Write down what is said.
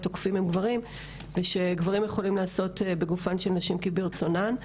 התוקפים הם גברים ושגברים יכולים לעשות בגופן של נשים כרצונם.